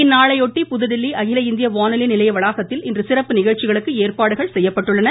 இந்நாளையொட்டி புதுதில்லி அகில இந்திய வானொலி நிலைய வளாகத்தில் இன்று சிறப்பு நிகழ்ச்சிகளுக்கு ஏற்பாடுகள் செய்யப்பட்டுள்ளன